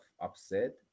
upset